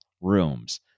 rooms